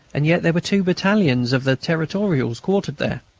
and yet there were two battalions of the territorials quartered there.